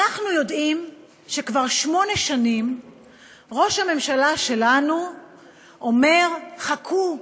אנחנו יודעים שכבר שמונה שנים ראש הממשלה שלנו אומר: חכו,